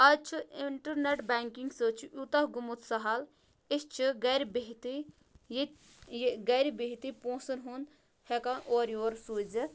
اَز چھِ internet banking سۭتۍ چھُ یوٗتاہ گوٚمُت سَہل أسۍ چھِ گرِ بِہتٕے یہِ گرِ بِہتٕے پونٛسن ہُنٛد ہٮ۪کان اورٕ یورٕ سوٗزِتھ